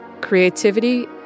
creativity